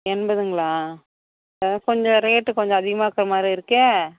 எண்பதுங்களா ஆ கொஞ்சம் ரேட்டு கொஞ்சம் அதிகமாக இருக்கற மாதிரி இருக்கே